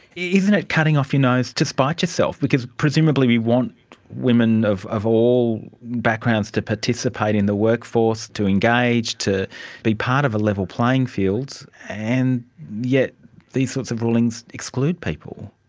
yeah isn't it cutting off your nose to spite yourself? because presumably you want women of of all backgrounds to participate in the workforce, to engage, to be part of a level playing field, and yet these sorts of rulings exclude people.